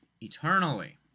eternally